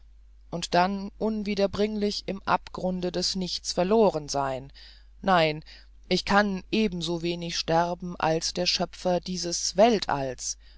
und dann unwiederbringlich im abgrunde des nichts verloren sein nein ich kann ebenso wenig sterben als der schöpfer dieses weltalls